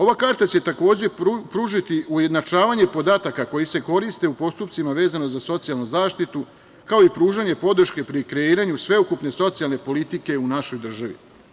Ova karta će takođe pružiti ujednačavanje podataka koji se koriste u postupcima vezano za socijalnu zaštitu, kao i pružanje podrške pri kreiranju sveukupne socijalne politike u našoj državi.